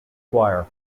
choir